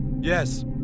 Yes